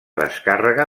descàrrega